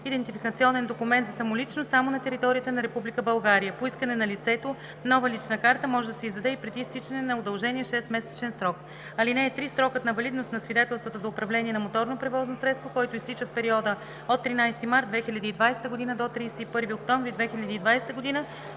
идентификационен документ за самоличност само на територията на Република България. По искане на лицето нова лична карта може да се издаде и преди изтичане на удължения 6-месечен срок. (3) Срокът на валидност на свидетелствата за управление на моторно превозно средство, който изтича в периода от 13 март 2020 г. до 31 октомври 2020 г.,